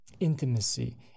Intimacy